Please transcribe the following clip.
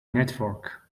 network